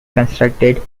constructed